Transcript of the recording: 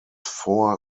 four